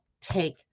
take